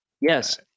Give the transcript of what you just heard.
Yes